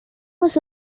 was